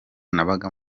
nabaga